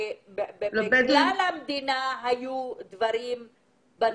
בכל המדינה היו דברים בתקופה הזאת.